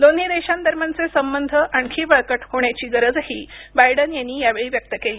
दोन्ही देशांदरम्यानचे संबंध आणखी बळकट होण्याची गरजही बायडन यांनी यावेळी व्यक्त केली